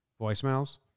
voicemails